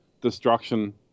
destruction